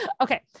Okay